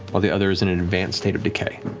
while the other is in an advanced state of decay,